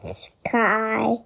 sky